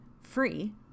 free